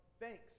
thanks